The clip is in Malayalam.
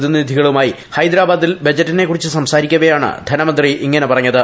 പ്രതിനിധികളുമായി ഹൈദ്രാബാദിൽ ബജറ്റിനെ കുറിച്ച് സംസാരിക്കവെയാണ് ധനമന്ത്രി ഇത് പറഞ്ഞത്